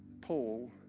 Paul